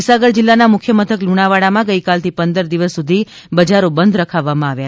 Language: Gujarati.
મહિસાગર જિલ્લાના મુખ્ય મથક લુણાવાડામાં ગઇકાલથી પંદર દિવસ સુધી બજારો બંધ કરાવવામાં આવ્યા